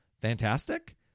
Fantastic